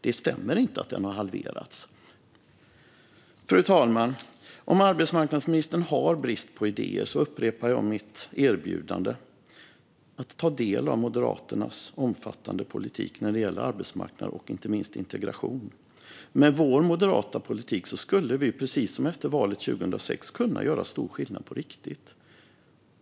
Det stämmer inte att etableringstiden har halverats. Fru talman! Om arbetsmarknadsministern har brist på idéer upprepar jag mitt erbjudande att ta del av Moderaternas omfattande politik när det gäller arbetsmarknad och inte minst integration. Med vår moderata politik skulle vi, precis som efter valet 2006, kunna göra stor skillnad på riktigt.